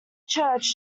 church